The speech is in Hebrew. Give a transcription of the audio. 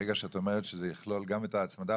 ברגע שאת אומרת שזה יכלול גם את ההצמדה